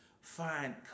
find